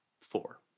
four